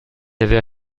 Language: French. avait